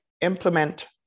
implement